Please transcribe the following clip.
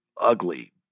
ugly